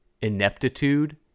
ineptitude